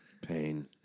Pain